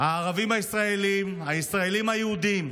הערבים הישראלים, הישראלים היהודים,